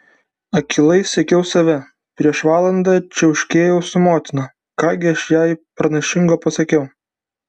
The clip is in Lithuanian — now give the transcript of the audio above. akylai sekiau save prieš valandą čiauškėjau su motina ką gi aš jai pranašingo pasakiau